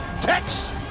Tex